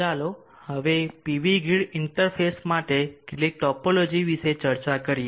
ચાલો હવે PV grid interface માટે કેટલીક ટોપોલોજીઓ વિશે ચર્ચા કરીએ